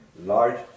Large